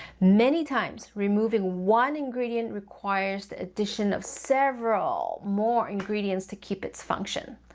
many times, removing one ingredient requires the addition of several more ingredients to keep its function.